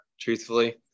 truthfully